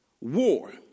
war